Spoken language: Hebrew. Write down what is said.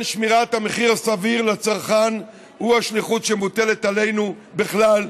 שמירת המחיר הסביר לצרכן הוא השליחות שמוטלת עלינו בכלל,